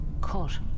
cut